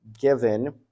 given